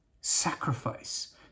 sacrifice